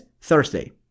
Thursday